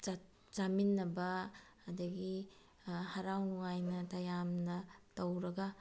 ꯆꯥꯃꯤꯟꯅꯕ ꯑꯗꯒꯤ ꯍꯔꯥꯎ ꯅꯨꯡꯉꯥꯏꯅ ꯇꯌꯥꯝꯅ ꯇꯧꯔꯒ